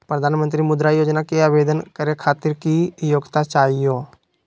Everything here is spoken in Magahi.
प्रधानमंत्री मुद्रा योजना के आवेदन करै खातिर की योग्यता चाहियो?